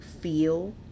feel